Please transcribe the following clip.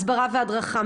הסברה והדרכה,